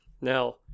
Now